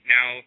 Now